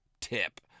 Tip